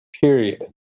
period